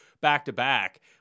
back-to-back